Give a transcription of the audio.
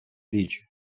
річ